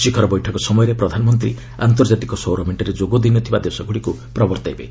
ଶିଖର ବୈଠକ ସମୟରେ ପ୍ରଧାନମନ୍ତ୍ରୀ ଆନ୍ତର୍ଜାତିକ ସୌର ମେଣ୍ଟରେ ଯୋଗ ଦେଇ ନ ଥିବା ଦେଶଗୁଡ଼ିକୁ ପ୍ରବର୍ତ୍ତାଇବେ